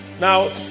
Now